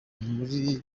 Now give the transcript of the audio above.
muri